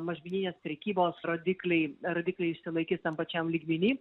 mažmeninės prekybos rodikliai rodikliai išsilaikys tam pačiam lygmeny